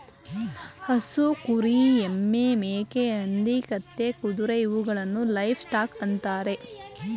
ಹಸು, ಕುರಿ, ಎಮ್ಮೆ, ಮೇಕೆ, ಹಂದಿ, ಕತ್ತೆ, ಕುದುರೆ ಇವುಗಳನ್ನು ಲೈವ್ ಸ್ಟಾಕ್ ಅಂತರೆ